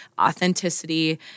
authenticity